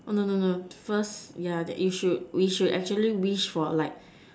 oh no no no first yeah that should we should actually wish for like